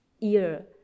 ear